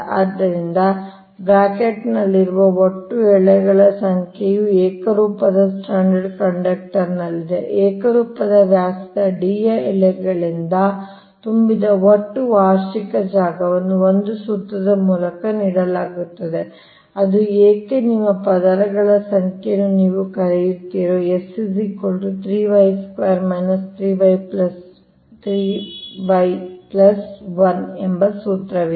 ಆದ್ದರಿಂದ ಬ್ರಾಕೆಟ್ನಲ್ಲಿರುವ ಒಟ್ಟು ಎಳೆಗಳ ಸಂಖ್ಯೆಯು ಏಕರೂಪದ ಸ್ಟ್ರಾಂಡೆಡ್ ಕಂಡಕ್ಟರ್ನಲ್ಲಿದೆ ಏಕರೂಪದ ವ್ಯಾಸದ D ಯ ಎಳೆಗಳಿಂದ ತುಂಬಿದ ಒಟ್ಟು ವಾರ್ಷಿಕ ಜಾಗವನ್ನು ಒಂದು ಸೂತ್ರದ ಮೂಲಕ ನೀಡಲಾಗುತ್ತದೆ ಅದು ಏಕೆ ನಿಮ್ಮ ಪದರಗಳ ಸಂಖ್ಯೆಯನ್ನು ನೀವು ಕರೆಯುತ್ತೀರೋ S 3y ² 3y 1 ಎಂಬ ಸೂತ್ರವಿದೆ